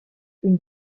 une